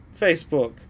Facebook